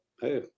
hey